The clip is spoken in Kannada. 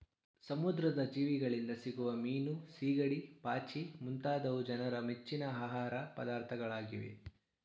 ಸಮುದ್ರದ ಜೀವಿಗಳಿಂದ ಸಿಗುವ ಮೀನು, ಸಿಗಡಿ, ಪಾಚಿ ಮುಂತಾದವು ಜನರ ಮೆಚ್ಚಿನ ಆಹಾರ ಪದಾರ್ಥಗಳಾಗಿವೆ